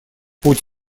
путь